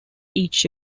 each